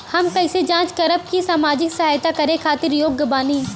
हम कइसे जांच करब की सामाजिक सहायता करे खातिर योग्य बानी?